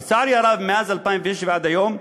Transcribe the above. לצערי הרב, מאז 2006 ועד היום,